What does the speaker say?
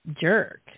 jerk